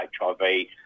HIV